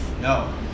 No